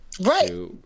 Right